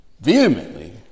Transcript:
vehemently